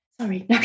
Sorry